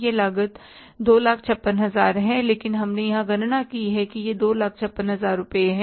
यह लागत 256000 है लेकिन हमने यहां गणना की है कि यह 256000 रुपये है